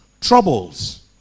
troubles